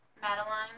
Madeline